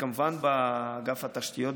כמובן באגף התשתיות,